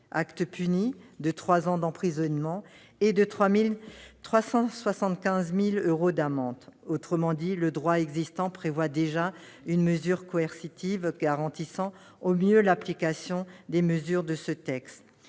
punie de trois ans d'emprisonnement et de 375 000 euros d'amende. Autrement dit, le droit existant comporte déjà une mesure coercitive garantissant au mieux l'application des dispositions de ce texte.